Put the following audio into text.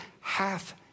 half